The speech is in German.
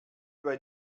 bei